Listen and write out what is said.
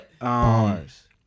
Bars